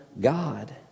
God